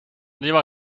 nieuwe